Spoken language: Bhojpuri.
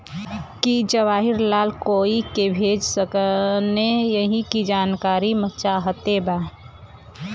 की जवाहिर लाल कोई के भेज सकने यही की जानकारी चाहते बा?